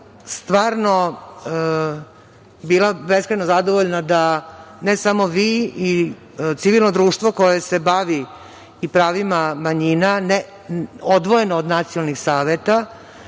stvarno bila beskrajno zadovoljna da se, ne samo vi i civilno društvo koje se bavi i pravima manjina, odvojeno od nacionalnih saveta,